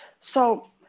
So-